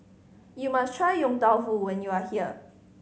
you must try Yong Tau Foo when you are here